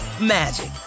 magic